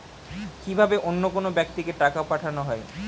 কি ভাবে অন্য কোনো ব্যাক্তিকে টাকা পাঠানো হয়?